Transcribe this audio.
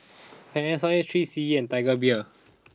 Panasonic three C E and Tiger Beer